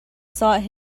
sought